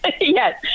yes